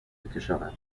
بکشاند